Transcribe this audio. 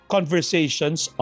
Conversations